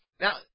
Now